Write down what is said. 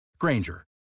Granger